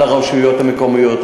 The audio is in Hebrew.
על הרשויות המקומיות,